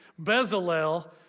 Bezalel